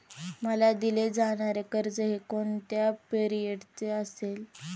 मला दिले जाणारे कर्ज हे कोणत्या पिरियडचे असेल?